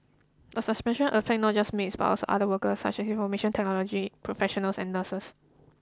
the suspension affects not just maids but also other workers such as information technology professionals and nurses